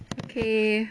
okay